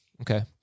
Okay